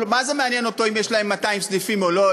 מה זה מעניין אותו אם יש להם 200 סניפים או לא,